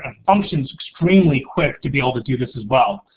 and functions extremely quick to be able to do this as well.